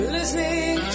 Listening